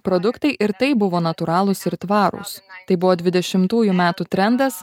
produktai ir tai buvo natūralūs ir tvarūs tai buvo dvidešimtųjų metų trendas